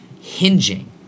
hinging